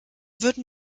würden